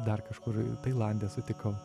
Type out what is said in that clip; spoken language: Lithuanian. dar kažkur tailande sutikau